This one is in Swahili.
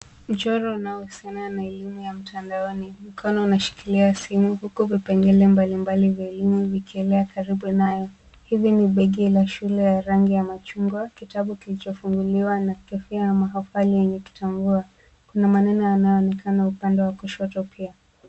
Mchoro unaofanana na elimu ya mtandaoni. Mkono unashikilia simu huku vipengele mbalimbali vya elimu vikielea karibu nayo. Hili ni begi la shule ya rangi ya machungwa, kitabu kilichofunguliwa na kofia ya mahafali yenye kitumbua. Kuna maneno yanayoonekana upande wa kushoto pia.